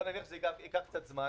בואו נגיד שזה ייקח קצת זמן,